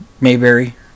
Mayberry